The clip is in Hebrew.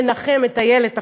לנחם את איילת אחותו,